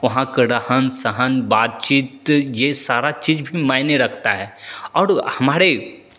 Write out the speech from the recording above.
वहाँ का रहन सहन बात चीत ये सारा चीज़ भी मायने रखता है और हमारे